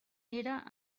era